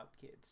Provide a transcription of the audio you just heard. kids